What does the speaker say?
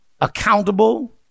accountable